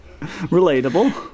relatable